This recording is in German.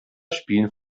spielen